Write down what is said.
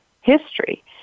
history